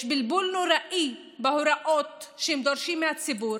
יש בלבול נוראי בהוראות שהם דורשים מהציבור.